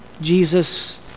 Jesus